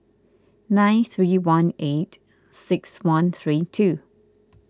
nine three one eight six one three two